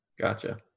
Gotcha